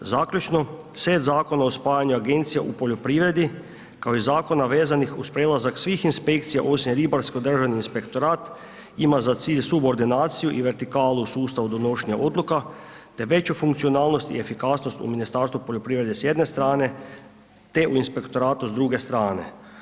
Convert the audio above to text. Zaključno, set zakona o spajanju Agenciji u poljoprivredi, kao i zakona vezanih uz prelazak svih inspekcija, osim ribarsko državni inspektorat, ima za cilj suordinaciju i vertikalu u sustavu donošenje odluka, te veću funkcionalnost i efikasnost u Ministarstvu poljoprivrede s jedne strane te u inspektoratu s druge strane.